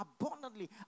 abundantly